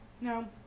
no